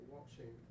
watching